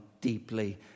deeply